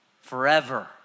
forever